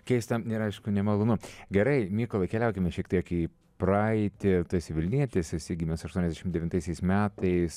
keista ir aišku nemalonu gerai mykolui keliaukime šiek tiek į praeitį tu esi vilnietis esi gimęs aštuoniasdešimt devintaisiais metais